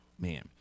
man